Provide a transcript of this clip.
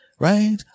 Right